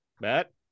Matt